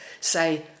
say